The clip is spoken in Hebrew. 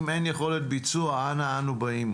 אם אין יכולת ביצוע אנה אנו באים?